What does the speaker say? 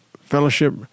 fellowship